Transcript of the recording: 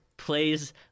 Plays